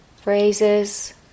phrases